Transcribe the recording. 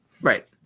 Right